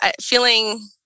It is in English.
feeling